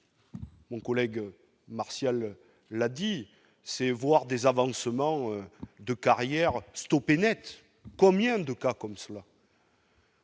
Mon collègue Martial l'a dit, c'est voir des avancements de carrière stoppée Net, combien de cas comme cela.